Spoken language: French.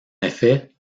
effet